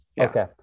Okay